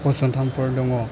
फसंथानफोर दङ